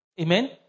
Amen